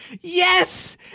Yes